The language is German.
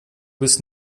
bist